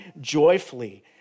joyfully